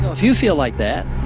if you feel like that,